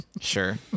sure